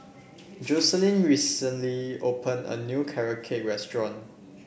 Jocelyne recently opened a new Carrot Cake restaurant